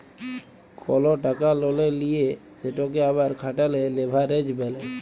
call টাকা ললে লিঁয়ে সেটকে আবার খাটালে লেভারেজ ব্যলে